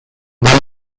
well